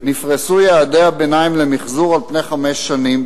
נפרסו יעדי הביניים למיחזור על פני חמש שנים,